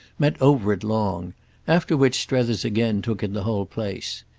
met over it long after which strether's again took in the whole place.